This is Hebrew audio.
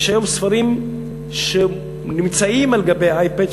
יש היום ספרים שנמצאים על האייפד,